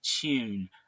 tune